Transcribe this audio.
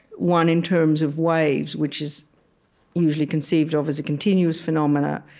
one in terms of waves, which is usually conceived of as a continuous phenomena.